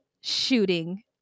shooting